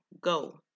go